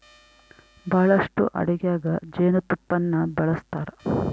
ಬಹಳಷ್ಟು ಅಡಿಗೆಗ ಜೇನುತುಪ್ಪನ್ನ ಬಳಸ್ತಾರ